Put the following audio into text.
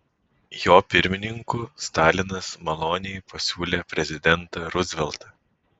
jo pirmininku stalinas maloniai pasiūlė prezidentą ruzveltą